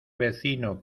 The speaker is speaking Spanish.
vecino